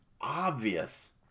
obvious